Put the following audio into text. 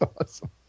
awesome